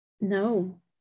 No